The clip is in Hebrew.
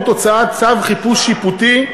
צו חיפוש שיפוטי,